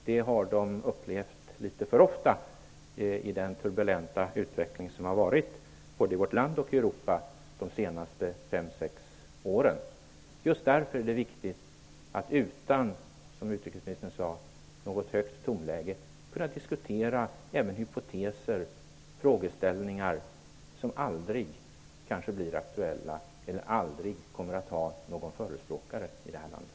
Det har de upplevt litet för ofta i den turbulenta utveckling som har ägt rum, både i vårt land och i Europa, de senaste fem-sex åren. Det är därför viktigt att, just som utrikesministern sade, utan något högt tonläge även diskutera hypoteser och frågeställningar som kanske aldrig blir aktuella och aldrig kommer att ha förespråkare här i landet.